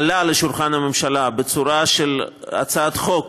עלה לשולחן הממשלה בצורה של הצעת חוק